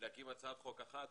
להקים הצעת חוק אחת,